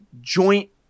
joint